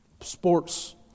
sports